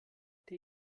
der